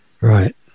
Right